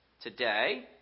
today